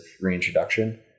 reintroduction